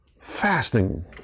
fasting